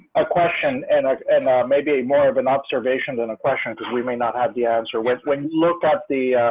a question and maybe a more of an observation than a question. because we may not have the answer with when you looked at the